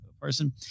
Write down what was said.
person